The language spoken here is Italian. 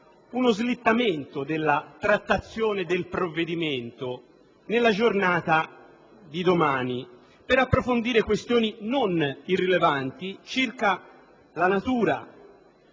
uno slittamento della trattazione del provvedimento nella giornata di domani, per poter approfondire questioni non irrilevanti circa la natura